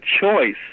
choice